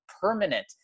permanent